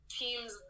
teams